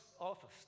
office